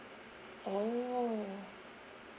oh